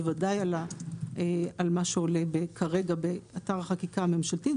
בוודאי על מה שעולה כרגע באתר החקיקה הממשלתית.